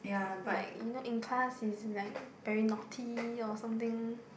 like you know in class he's like very naughty or something